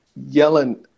Yellen